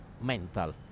mental